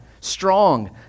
strong